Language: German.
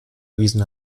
erwiesen